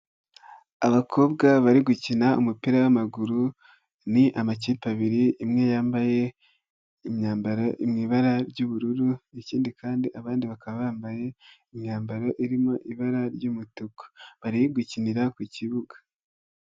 Abakobwa bari gukina umupira w'maguru ni amakipe abiri, imwe yambaye imyambaro mu ibara ry'ubururu, ikindi kandi abandi bakaba bambaye imyambaro irimo ibara ry'umutuku bari gukinira ku kibuga.